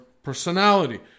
personality